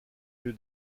lieu